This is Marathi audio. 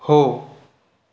हो